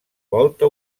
volta